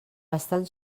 estan